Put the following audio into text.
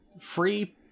free